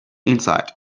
inside